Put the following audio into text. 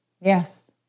Yes